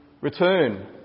return